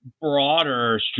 broader